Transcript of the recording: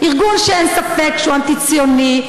ארגון שאין ספק שהוא אנטי-ציוני,